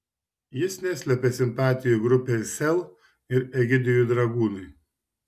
jis neslepia simpatijų grupei sel ir egidijui dragūnui